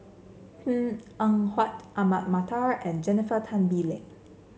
Png Eng Huat Ahmad Mattar and Jennifer Tan Bee Leng